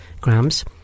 grams